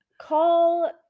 call